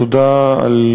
תודה רבה לך,